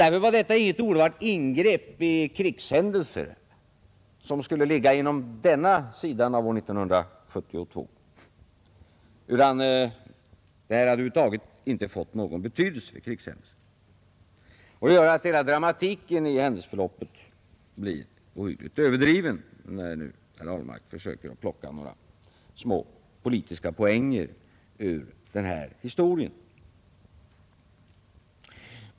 Därför var det inget oroande ingrepp i krigshändelserna som skulle ligga på denna sida av 1972, utan det hade över huvud taget inte fått någon betydelse för krigshändelserna. Det gör att hela dramatiken i händelseförloppet blir ohyggligt överdriven, när nu herr Ahlmark försöker plocka några små politiska poänger ur den här historien.